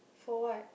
for what